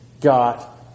got